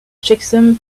checksum